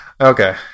okay